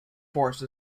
force